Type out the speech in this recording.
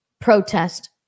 protest